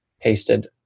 pasted